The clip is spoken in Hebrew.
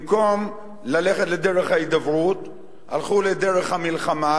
במקום ללכת לדרך ההידברות הלכו לדרך המלחמה,